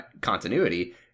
continuity